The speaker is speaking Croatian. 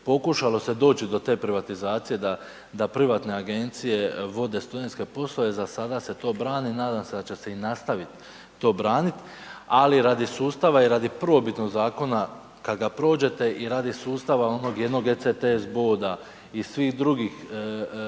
Pokušalo se doći do te privatizacije da privatne agencije vode studentske poslove, za sada se to brani, nadam se da će se i nastavit to branit ali radi sustava i radi prvobitnog zakona kad ga prođete i radi sustava onog jednog ECTS boda i svih drugih granica